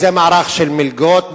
וזה מערך של מלגות,